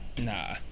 Nah